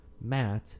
Matt